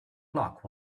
clock